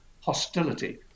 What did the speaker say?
hostility